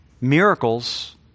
miracles